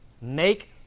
Make